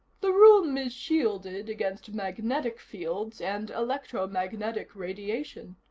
the room is shielded against magnetic fields and electro-magnetic radiation.